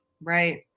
right